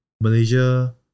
Malaysia